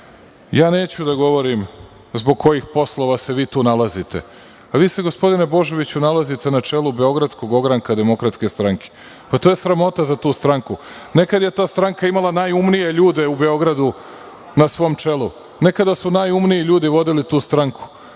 draga. Neću da govorim zbog kojih poslova se vi tu nalazite. Vi se, gospodine Božoviću, nalazite na čelu beogradskog ogranka DS. To je sramota za tu stranku. Nekad je ta stranka imala najumnije ljude u Beogradu na svom čelu. Nekada su najumniji ljudi vodili tu stranku.